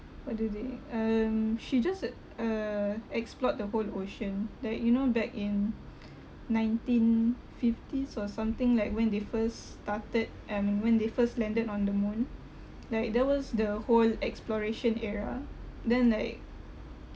what do they um she just uh uh explored the whole ocean that you know back in nineteen fifties or something like when they first started I mean when they first landed on the moon like that was the whole exploration era then like